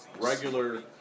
regular